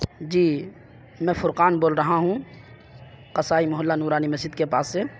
جی میں فرقان بول رہا ہوں قصائی محلہ نورانی مسجد کے پاس سے